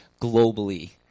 globally